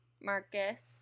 Marcus